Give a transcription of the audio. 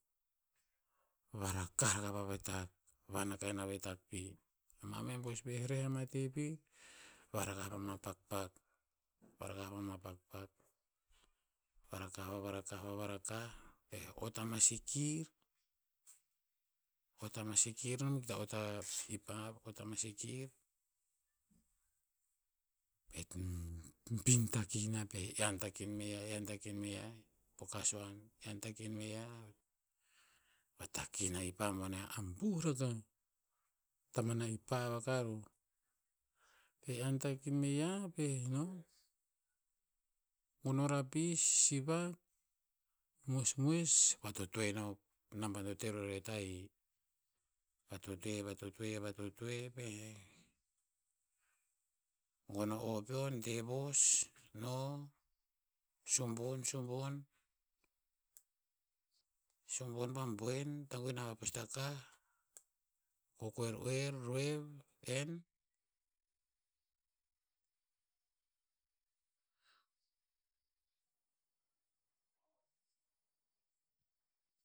Varakah raka pa vetak. Van aka ina vetak pi. Mameh bois pa'eh reh ama te pir, varakah pama pakpak. Varakah pama pakpak. Varakah- vavarakah- vavarakah, pa'eh ot pama sikir, ot ama sikir, nom hikta ot a ipav, ot ama sikir. Bin takin niah pa'eh ean takin me yiah- ean takin me yiah po kasuan. Ean takin me yiah. Vatakin na'ih ipav boneh a abuh rakah. Taman a ipav aka roh. Pa'eh ean takin me yiah, pa'eh no gon o rapis, sivak, moes moes, vatotoe ina naban to te rorer tahi. vatotoe- vatotoe- vatotoe pa-'eh he. Gon no o peo, de vos, no, subon- suubon- subon. Subon pa boen, taguin ava pa postakah, kokoer uer, roev, en.